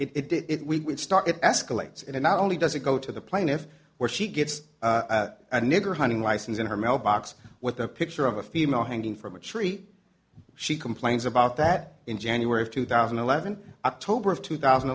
start it escalates and not only does it go to the plaintiff where she gets a nigger hunting license in her mailbox with a picture of a female hanging from a tree she complains about that in january of two thousand and eleven october of two thousand